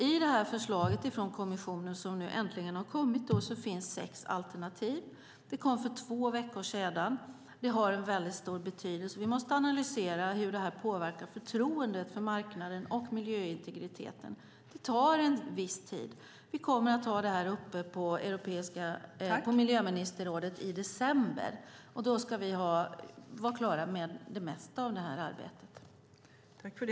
I det förslag från kommissionen som äntligen kom för två veckor sedan finns sex alternativ. Förslaget har en väldigt stor betydelse. Vi måste analysera hur det här påverkar förtroendet för marknaden och miljöintegriteten. Det tar en viss tid. Vi kommer att ha detta uppe på miljöministerrådet i december. Då ska vi vara klara med det mesta av detta arbete.